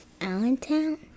Allentown